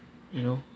you know